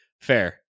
Fair